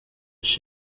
igihe